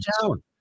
town